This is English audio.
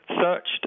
searched